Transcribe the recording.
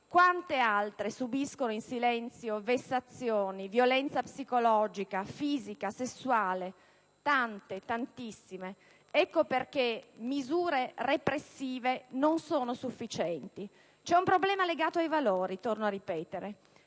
quante altre subiscono in silenzio vessazioni, violenza psicologica, fisica e sessuale? Sono tante, tantissime; per questo, dunque, le misure repressive non sono sufficienti. C'è un problema legato ai valori, torno a ripeterlo: